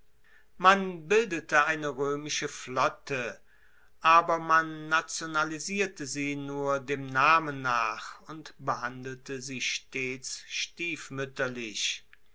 man bildete eine roemische flotte aber man nationalisierte sie nur dem namen nach und behandelte sie stets stiefmuetterlich